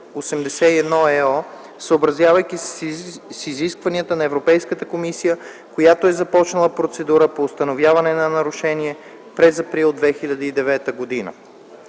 98/81/ЕО, съобразявайки се с изискванията на Европейската комисия, която е започнала процедура по установяване на нарушение през април 2009 г.